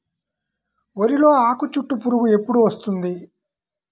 వరిలో ఆకుచుట్టు పురుగు ఎప్పుడు వస్తుంది?